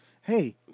Hey